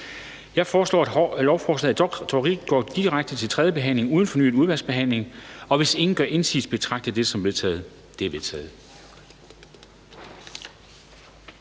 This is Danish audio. Jeg foreslår, at lovforslaget går direkte til tredje behandling uden fornyet udvalgsbehandling. Hvis ingen gør indsigelse, betragter jeg dette som vedtaget. Det er vedtaget.